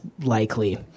likely